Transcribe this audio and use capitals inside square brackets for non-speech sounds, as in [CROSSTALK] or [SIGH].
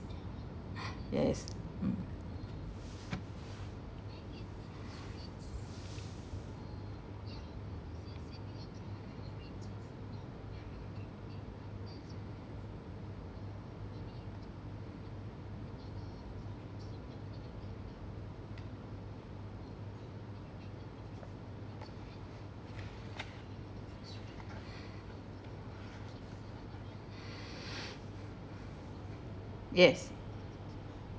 [BREATH] yes mm [BREATH] yes